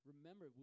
Remember